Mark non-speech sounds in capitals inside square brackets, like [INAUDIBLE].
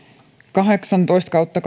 kahdeksantoista kautta [UNINTELLIGIBLE]